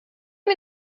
wir